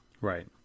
Right